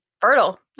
fertile